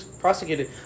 prosecuted